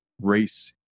race